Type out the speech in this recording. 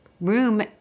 room